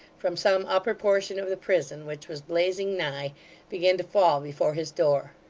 from some upper portion of the prison which was blazing nigh, began to fall before his door.